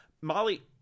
Molly